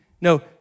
No